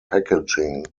packaging